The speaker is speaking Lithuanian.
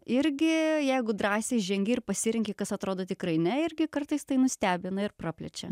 irgi jeigu drąsiai žengi ir pasirenki kas atrodo tikrai ne irgi kartais tai nustebina ir praplečia